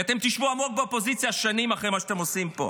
ואתם תשבו עמוק באופוזיציה שנים אחרי מה שאתם עושים פה.